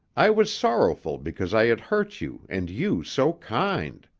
i was sorrowful because i had hurt you and you so kind!